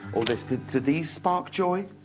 or this, do these spark joy?